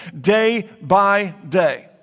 day-by-day